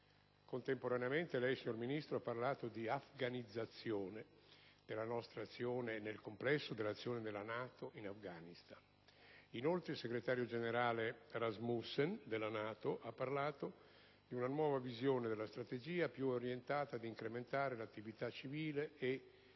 Contemporaneamente lei, signor Ministro, ha parlato di afganizzazione della nostra azione, nel complesso dell'azione della NATO in Afghanistan. Inoltre, il segretario generale della NATO Rasmussen ha parlato di una nuova visione della strategia, più orientata ad incrementare l'attività civile e